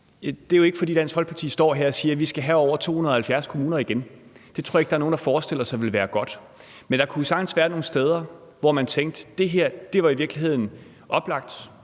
det er jo ikke, fordi Dansk Folkeparti står her og siger, at vi igen skal have over 270 kommuner. Det tror jeg ikke der er nogen der forestiller sig ville være godt. Men der kunne jo sagtens være nogle steder, hvor man tænkte, at det her i virkeligheden var oplagt.